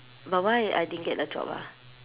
but why I didn't get the job ah